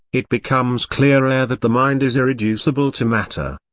it becomes clearer that the mind is irreducible to matter.